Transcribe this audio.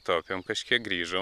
taupėm kažkiek grįžom